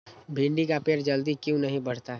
भिंडी का पेड़ जल्दी क्यों नहीं बढ़ता हैं?